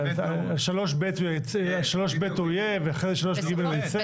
3 (ב') הוא יהיה ואחרי זה 3 (ג') הוא יצא?